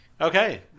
okay